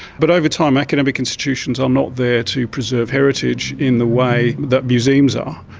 but over time academic institutions are not there to preserve heritage in the way that museums are.